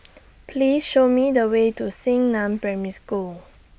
Please Show Me The Way to Xingnan Primary School